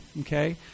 Okay